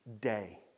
Day